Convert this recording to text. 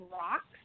rocks